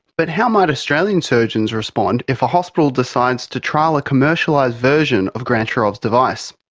but how might australian surgeons respond if a hospital decides to trial a commercialised version of grantcharov's device?